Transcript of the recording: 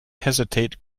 hesitate